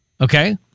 Okay